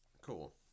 Cool